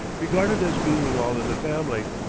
regarded as being all in the family,